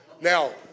Now